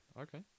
okay